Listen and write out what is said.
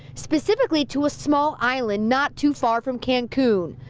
specifically, to a small island not too far from cancun.